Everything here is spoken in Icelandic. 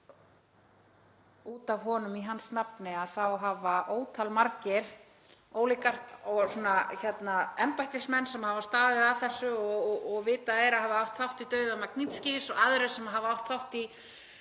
út af honum og í hans nafni hafa ótal margir embættismenn sem hafa staðið að þessu og vitað er að hafi átt þátt í dauða Magnitskys og aðrir sem hafa átt þátt í